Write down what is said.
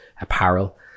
apparel